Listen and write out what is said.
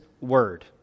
Word